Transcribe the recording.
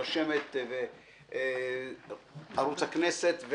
רשמת וערוץ הכנסת,